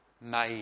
made